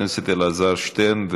חבר הכנסת אלעזר שטרן,